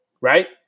right